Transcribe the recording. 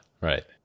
right